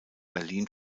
berlin